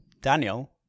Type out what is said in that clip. Daniel